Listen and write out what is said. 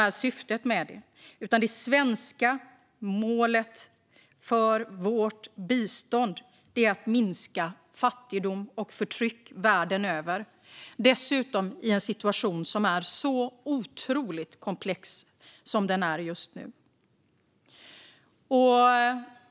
Det svenska målet för vårt bistånd är att minska fattigdom och förtryck världen över, dessutom i en situation som är så otroligt komplex som den är just nu.